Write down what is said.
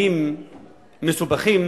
מדיניים מסובכים